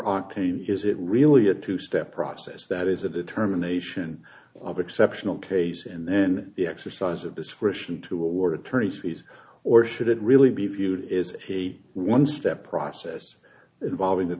octane is it really a two step process that is a determination of exceptional case and then the exercise of discretion to award attorneys fees or should it really be viewed as a one step process involving the